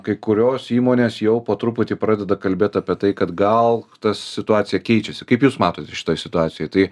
kai kurios įmonės jau po truputį pradeda kalbėt apie tai kad gal ta situacija keičiasi kaip jūs matot šitoj situacijoj tai